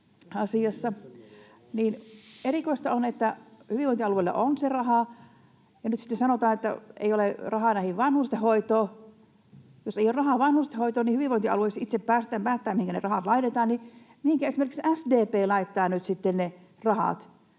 erikoista on, että hyvinvointialueilla on se raha ja nyt sitten sanotaan, että ei ole rahaa vanhustenhoitoon. Jos ei ole rahaa vanhustenhoitoon ja hyvinvointialueet itse päättävät, mihinkä ne rahat laitetaan, niin mihinkä esimerkiksi SDP laittaa nyt